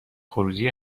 خروجی